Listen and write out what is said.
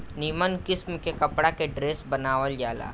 निमन किस्म के कपड़ा के ड्रेस बनावल जाला